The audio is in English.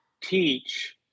teach